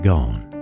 Gone